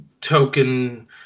token